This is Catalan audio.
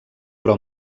però